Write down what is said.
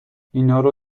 اینارو